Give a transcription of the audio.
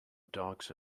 dogs